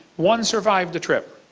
one survived the trip.